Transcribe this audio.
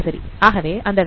ஆகவே அந்த vector T